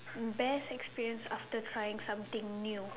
best experience after trying something new